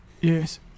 Yes